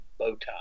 Bowtie